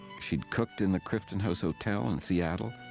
she'd cooked in the crifton house hotel in seattle,